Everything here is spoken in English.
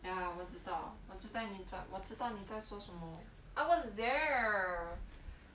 ya 我知道我知道你在我知道你在说什么 I was there